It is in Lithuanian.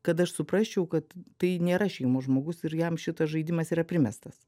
kad aš suprasčiau kad tai nėra šeimos žmogus ir jam šitas žaidimas yra primestas